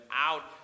out